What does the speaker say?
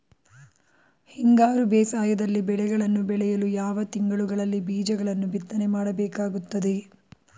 ಹಿಂಗಾರು ಬೇಸಾಯದಲ್ಲಿ ಬೆಳೆಗಳನ್ನು ಬೆಳೆಯಲು ಯಾವ ತಿಂಗಳುಗಳಲ್ಲಿ ಬೀಜಗಳನ್ನು ಬಿತ್ತನೆ ಮಾಡಬೇಕಾಗುತ್ತದೆ?